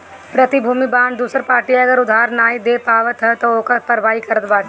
प्रतिभूति बांड दूसर पार्टी अगर उधार नाइ दे पावत हवे तअ ओकर भरपाई करत बाटे